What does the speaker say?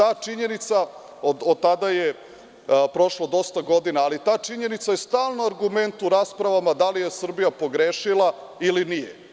Otada je prošlo dosta godina, ali ta činjenica je stalno argument u raspravama da li je Srbija pogrešila ili nije.